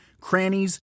crannies